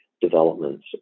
developments